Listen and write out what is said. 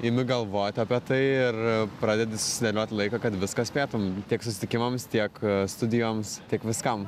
imi galvoti apie tai ir pradedi susidėlioti laiką kad viską spėtum tiek susitikimams tiek studijoms tiek viskam